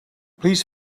please